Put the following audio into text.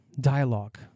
dialogue